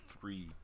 three